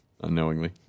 unknowingly